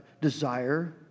desire